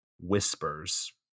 whispers